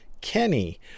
kenny